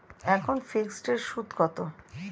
এখন ফিকসড এর সুদ কত?